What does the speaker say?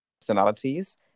personalities